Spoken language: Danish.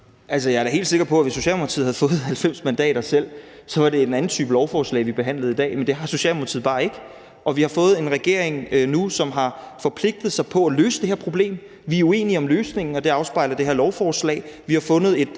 jeg er da helt sikker på, at hvis Socialdemokratiet havde fået 90 mandater selv, var det en anden type lovforslag, vi behandlede i dag, men det har Socialdemokratiet bare ikke fået. Og vi har fået en regering nu, som har forpligtet sig på at løse det problem. Vi er uenige om løsningen, og det afspejler det her lovforslag, men vi har fundet en